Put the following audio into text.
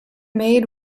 made